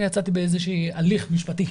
אני יצאתי באיזשהו הליך משפטי.